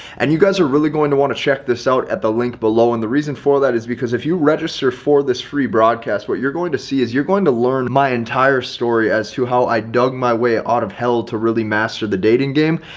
and you guys are really going to want to check this out at the link below. and the reason for that is because if you register for this free broadcast, what you're going to see is you're going to learn my entire story as to how i dug my way out of hell to really master the dating game.